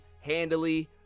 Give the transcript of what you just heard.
handily